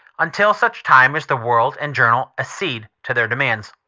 until such time as the world and journal accede to their demands.